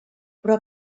però